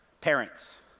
parents